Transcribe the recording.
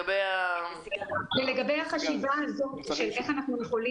בין האופציות, זו האופציה הכי מועדפת.